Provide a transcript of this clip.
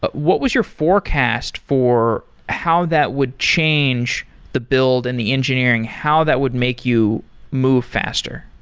but what was your forecast for how that would change the build and the engineering, how that would make you move faster?